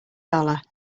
dollar